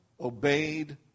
obeyed